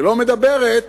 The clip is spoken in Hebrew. שלא מדברת,